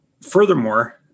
furthermore